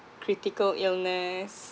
critical illness